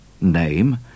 name